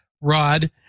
Rod